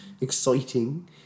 Exciting